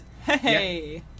Hey